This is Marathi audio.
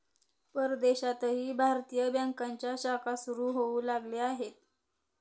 परदेशातही भारतीय बँकांच्या शाखा सुरू होऊ लागल्या आहेत